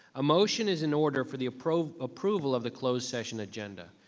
a motion is in order for the approval approval of the closed session agenda.